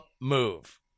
move